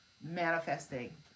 manifesting